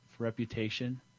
Reputation